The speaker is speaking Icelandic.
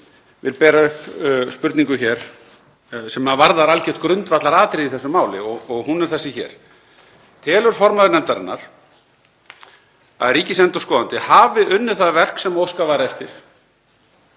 vil bera upp spurningu hér sem varðar algjört grundvallaratriði í þessu máli. Spurningin er þessi: Telur formaður nefndarinnar að ríkisendurskoðandi hafi unnið það verk sem óskað var eftir